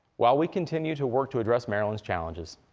while we continue to work to address maryland's challenges,